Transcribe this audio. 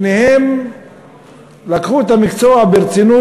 שניהם לקחו את המקצוע ברצינות,